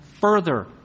further